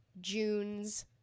June's